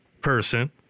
person